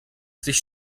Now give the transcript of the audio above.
sich